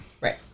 Right